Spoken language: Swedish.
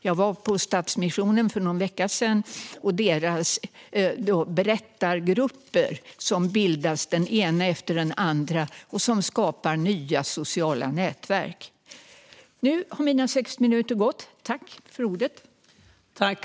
För någon vecka sedan besökte jag Stadsmissionen, där den ena berättargruppen efter den andra bildas och skapar nya sociala nätverk.